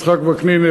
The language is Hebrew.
יצחק וקנין,